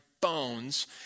bones